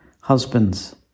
Husbands